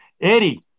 Eddie